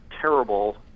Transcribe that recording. terrible